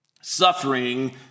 Suffering